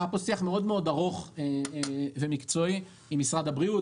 היה פה שיח מאוד מאוד ארוך ומקצועי עם משרד הבריאות,